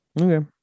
Okay